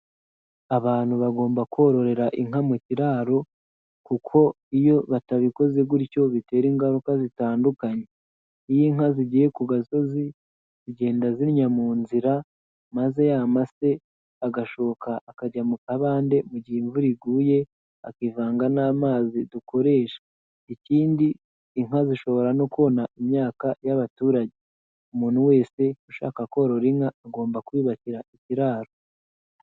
Abantu bagomba kororera inka mu kiraro kuko iyo batabikoze gutyo bitera ingaruka zitandukanye, iyo inka zigiye ku gasozi zigenda zinnya mu nzira maze ya mase agashoka akajya mu kabande mu gihe imvura iguye akivanga n'amazi dukoresha, ikindi inka zishobora no kona imyaka y'abaturage. Umuntu wese ushaka korora inka agomba kuyubakira ikiraro.